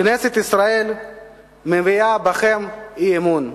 כנסת ישראל מביעה בכם אי-אמון.